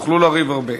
תוכלו לריב הרבה.